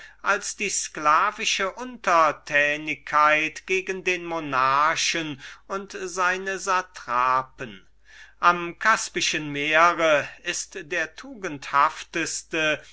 als die sklavische untertänigkeit gegen den monarchen und seine satrapen am caspischen meere ist der tugenhafteste